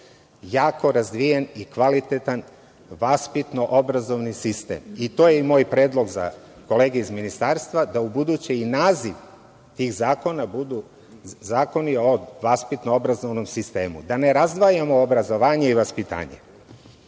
jako razvijen i kvalitetan vaspitno-obrazovni sistem. To je i moj predlog za kolege iz Ministarstva, da ubuduće i nazivi tih zakona budu – zakoni o vaspitno-obrazovnom sistemu. Da ne razdvajamo obrazovanje i vaspitanje.I